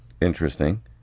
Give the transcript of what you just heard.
Interesting